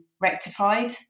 rectified